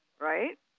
right